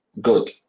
good